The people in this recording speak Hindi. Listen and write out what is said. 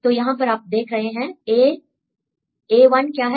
तो यहां पर आप देख रहे हैं a a1 क्या है